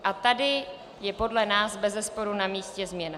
A tady je podle nás bezesporu na místě změna.